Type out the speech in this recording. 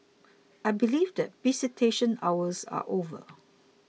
I believe that visitation hours are over